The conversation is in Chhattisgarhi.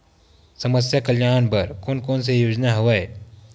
समस्या कल्याण बर कोन कोन से योजना हवय?